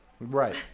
right